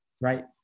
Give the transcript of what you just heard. right